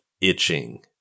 itching